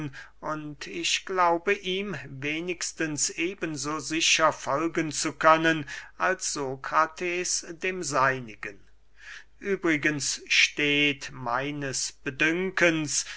und ich glaube ihm wenigstens eben so sicher folgen zu können als sokrates dem seinigen übrigens steht meines bedünkens